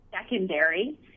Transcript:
secondary